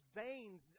veins